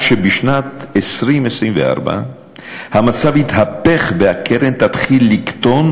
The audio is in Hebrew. שבשנת 2024 המצב יתהפך והקרן תתחיל לקטון,